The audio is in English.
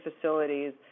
facilities